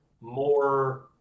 more